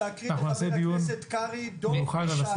אנחנו נעשה דיון מיוחד לנושא הזה.